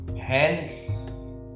Hence